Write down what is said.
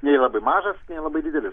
nei labai mažas nei labai didelis